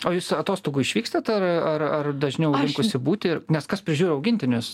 o jūs atostogų išvykstat ar ar ar dažniau pasibūti nes kas prižiūri augintinius